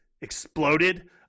exploded